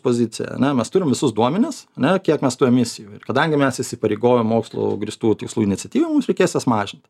pozicija ane mes turim visus duomenis ane kiek mes tų emisijų ir kadangi mes įsipareigojom mokslu grįstų tikslų iniciatyvų mums reikės jas mažinti